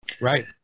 Right